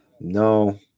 no